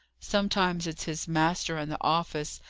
sometimes it's his master and the office,